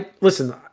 listen